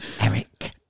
Eric